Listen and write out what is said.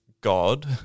God